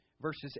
verses